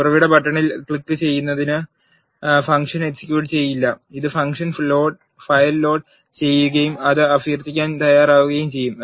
ഉറവിട ബട്ടണിൽ ക്ലിക്കുചെയ്യുന്നത് ഫംഗ്ഷൻ എക്സിക്യൂട്ട് ചെയ്യില്ല ഇത് ഫംഗ്ഷൻ ഫയൽ ലോഡ് ചെയ്യുകയും അത് അഭ്യർത്ഥിക്കാൻ തയ്യാറാക്കുകയും ചെയ്യും